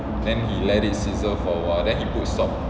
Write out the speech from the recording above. then he let it sizzle for awhile then he put salt